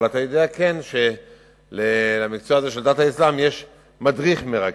אבל אתה כן יודע שלמקצוע דת האסלאם יש מדריך מרכז.